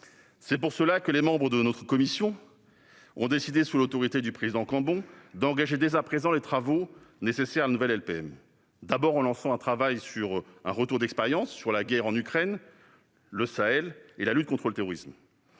cette raison, les membres de cette commission ont décidé, sous l'autorité du président Cambon, d'engager dès à présent les travaux nécessaires à la nouvelle LPM : d'abord, en menant un travail de « retours d'expérience », sur la guerre en Ukraine, le Sahel et la lutte contre le terrorisme